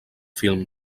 film